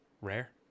rare